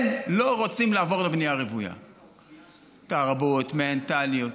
הם לא רוצים לעבור לבנייה רוויה, תרבות, מנטליות.